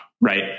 right